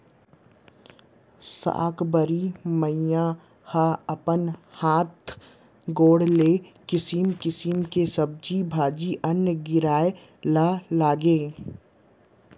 साकंबरी मईया ह अपन हात गोड़ ले किसम किसम के सब्जी भाजी, अन्न गिराए ल लगगे